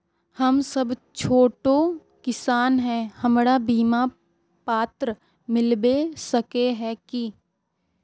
हम सब छोटो किसान है हमरा बिमा पात्र मिलबे सके है की?